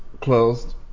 closed